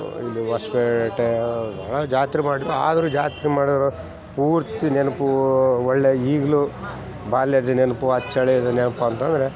ಇದು ಹೊಸ್ಪೇಟೆ ಭಾಳ ಜಾತ್ರೆ ಮಾಡಿದ್ರು ಆದರು ಜಾತ್ರೆ ಮಾಡೋರು ಪೂರ್ತಿ ನೆನಪೂ ಒಳ್ಳೇ ಈಗ್ಲೂ ಬಾಲ್ಯದ ನೆನಪು ಅಚ್ಚಳಿಯದ ನೆನಪಂತಂದರೆ